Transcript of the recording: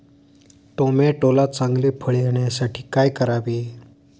टोमॅटोला चांगले फळ येण्यासाठी काय करावे?